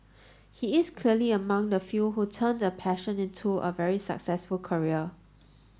he is clearly among the few who turned a passion into a very successful career